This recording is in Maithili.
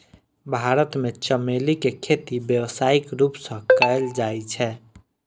भारत मे चमेली के खेती व्यावसायिक रूप सं कैल जाइ छै